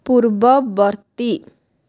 ପୂର୍ବବର୍ତ୍ତୀ